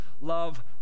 love